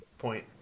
point